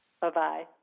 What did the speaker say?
Bye-bye